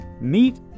meet